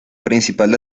principal